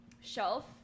shelf